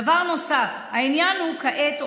דבר נוסף, העניין כעת עומד,